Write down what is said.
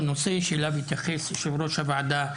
נושא שאליו התייחס יושב-ראש הוועדה,